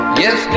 yes